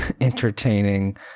entertaining